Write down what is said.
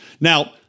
Now